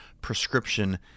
prescription